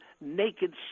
naked